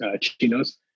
chinos